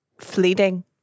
fleeting